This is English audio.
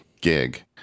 gig